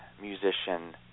musician